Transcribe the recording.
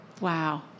Wow